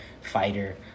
fighter